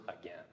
again